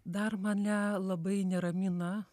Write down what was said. dar mane labai neramina